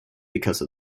because